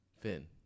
Finn